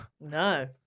No